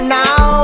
now